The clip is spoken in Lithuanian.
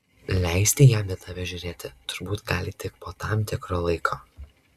leisti jam į tave žiūrėti turbūt gali tik po tam tikro laiko